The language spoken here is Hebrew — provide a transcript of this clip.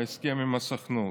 בהסכם עם הסוכנות.